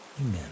amen